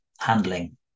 handling